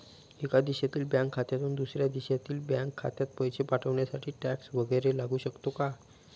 एका देशातील बँक खात्यातून दुसऱ्या देशातील बँक खात्यात पैसे पाठवण्यासाठी टॅक्स वैगरे लागू शकतो का?